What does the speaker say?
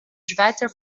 schweizer